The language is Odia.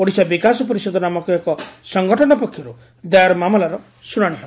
ଓଡ଼ିଶା ବିକାଶ ପରିଷଦ ନାମକ ଏକ ସଂଗଠନ ପକ୍ଷର୍ଠ ଦାୟର ମାମଲାର ଶ୍ରଶାଶି ହେବ